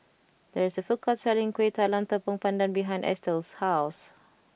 there is a food court selling Kueh Talam Tepong Pandan behind Eathel's house